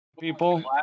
people